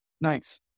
Nice